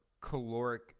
caloric